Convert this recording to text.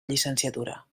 llicenciatura